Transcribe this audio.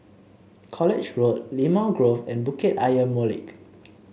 College Road Limau Grove and Bukit Ayer Molek